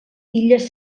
illes